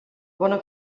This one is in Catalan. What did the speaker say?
bona